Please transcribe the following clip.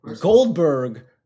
Goldberg